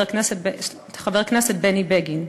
חבר הכנסת בני בגין.